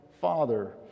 father